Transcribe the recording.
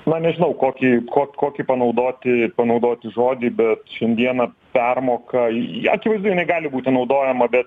na nežinau kokį ko kokį panaudoti panaudoti žodį bet šiandieną permoka akivaizdu jinai gali būti naudojama bet